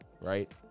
right